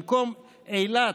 במקום "אילת,